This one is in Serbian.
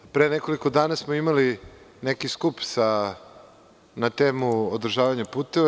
Pre nekoliko dana smo imali neki skup na temu: „Održavanje puteva“